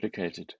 complicated